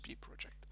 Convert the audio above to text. project